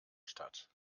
statt